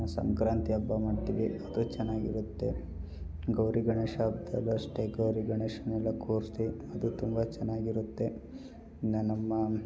ಇನ್ನ ಸಂಕ್ರಾಂತಿ ಹಬ್ಬ ಮಾಡ್ತೀವಿ ಅದು ಚೆನ್ನಾಗಿರುತ್ತೆ ಗೌರಿ ಗಣೇಶ ಹಬ್ದಲ್ಲೂ ಅಷ್ಟೇ ಗೌರಿ ಗಣೇಶನೆಲ್ಲ ಕೂರಿಸಿ ಅದು ತುಂಬ ಚೆನ್ನಾಗಿರುತ್ತೆ ಇನ್ನೂ ನಮ್ಮ